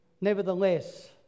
Nevertheless